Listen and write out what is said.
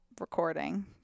recording